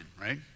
right